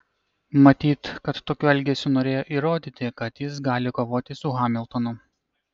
matyt kad tokiu elgesiu norėjo įrodyti kad jis gali kovoti su hamiltonu